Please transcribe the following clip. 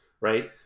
right